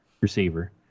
Receiver